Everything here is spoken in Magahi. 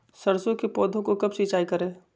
सरसों की पौधा को कब सिंचाई करे?